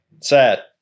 Sad